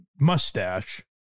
mustache